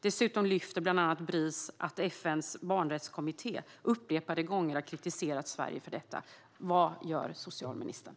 Dessutom lyfter bland annat Bris fram att FN:s barnrättskommitté upprepade gånger har kritiserat Sverige för detta. Vad gör socialministern?